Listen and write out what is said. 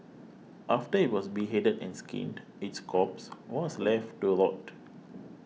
after it was beheaded and skinned its corpse was left to rot